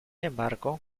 embargo